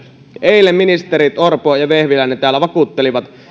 eilen ministerit orpo ja vehviläinen täällä vakuuttelivat